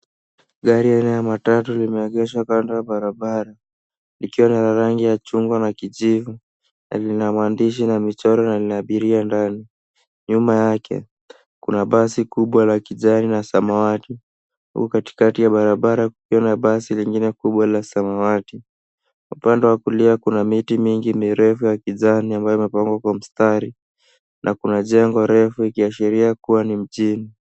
Gari la aina ya truck limeegeshwa kando ya barabara, likiwa na rangi ya chungu na kijivu, na lina maandishi na michoro na lina abiria ndani. Nyuma yake, kuna basi kubwa la kijani na samawati, huku katikati ya barabara kukiwa na basi lingine kubwa la samawati. Upande wa kulia kuna miti mingi mirefu ya kijani ambayo imepangwa kwa mstari na kuna jengo refu ikiashiria kuwa ni mjini.